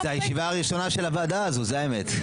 זאת הישיבה הראשונה של הוועדה הזאת, זאת האמת.